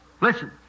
Listen